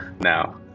now